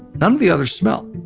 none of the others smell.